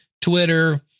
Twitter